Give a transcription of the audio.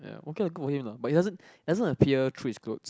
ya okay lah good for him lah but it doesn't doesn't appear through his glutes